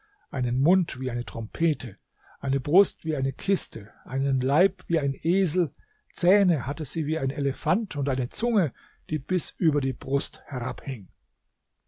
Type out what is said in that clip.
einen mund wie eine trompete eine brust wie eine kiste einen leib wie ein esel zähne hatte sie wie ein elefant und eine zunge die bis über die brust herabhing